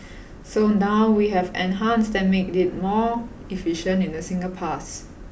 so now we have enhanced and made it more efficient in a single pass